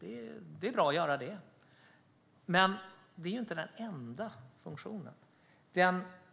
Det är bra att göra det, men det är inte den enda funktionen.